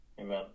Amen